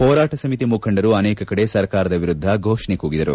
ಹೋರಾಟ ಸಮಿತಿ ಮುಖಂಡರು ಅನೇಕ ಕಡೆ ಸರ್ಕಾರದ ವಿರುದ್ದ ಫೋಷಣೆ ಕೂಗಿದರು